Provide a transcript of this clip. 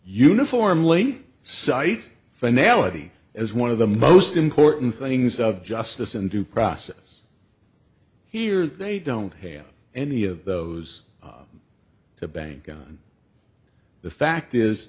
uniformly cite finality as one of the most important things of justice and due process here they don't have any of those to bank on the fact is